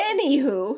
Anywho